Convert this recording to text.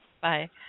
Bye